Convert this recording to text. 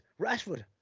Rashford